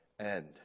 end